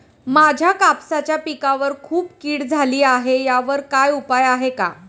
माझ्या कापसाच्या पिकावर खूप कीड झाली आहे यावर काय उपाय आहे का?